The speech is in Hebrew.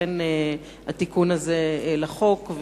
לכן התיקון הזה לחוק.